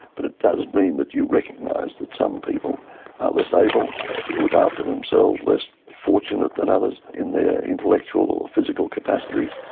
but it does mean that you recognise that some people are less able to look after themselves, less fortunate than others in their intellectual or physical capacities,